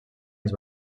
els